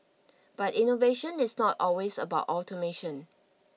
but innovation is not always about automation